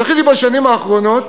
זכיתי בשנים האחרונות